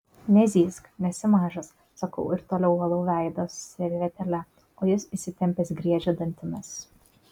nezyzk nesi mažas sakau ir toliau valau veidą servetėle o jis įsitempęs griežia dantimis